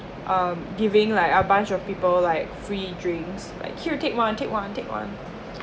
um giving like a bunch of people like free drinks like here take one take one take one